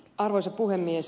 arvoisa puhemies